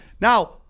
Now